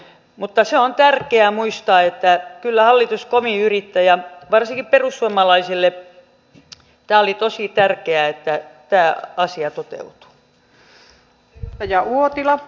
mutta se on tärkeää muistaa että kyllä hallitus kovin yrittää ja varsinkin perussuomalaisille oli tosi tärkeää että tämä asia toteutui